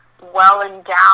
well-endowed